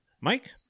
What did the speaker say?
Mike